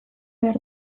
behar